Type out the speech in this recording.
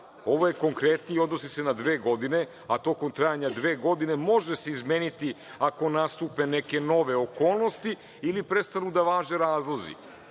Ovo je konkretnije i odnosi se na dve godine, a to tokom trajanja dve godine može se izmeniti ako nastupe neke nove okolnosti ili prestanu da važe razlozi. Vaš